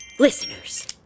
Listeners